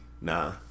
Nah